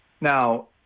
Now